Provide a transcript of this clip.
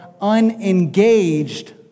unengaged